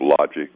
logic